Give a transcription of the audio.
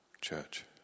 church